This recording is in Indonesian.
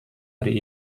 hari